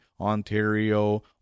Ontario